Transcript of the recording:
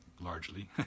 Largely